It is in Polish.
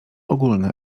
ogólne